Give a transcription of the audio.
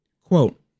Quote